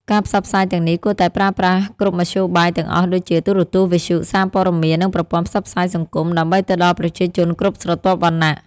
ការផ្សព្វផ្សាយទាំងនេះគួរតែប្រើប្រាស់គ្រប់មធ្យោបាយទាំងអស់ដូចជា ទូរទស្សន៍ វិទ្យុ សារព័ត៌មាន និងប្រព័ន្ធផ្សព្វផ្សាយសង្គម ដើម្បីទៅដល់ប្រជាជនគ្រប់ស្រទាប់វណ្ណៈ។